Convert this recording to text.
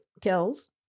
Kells